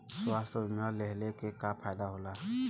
स्वास्थ्य बीमा लेहले से का फायदा होला?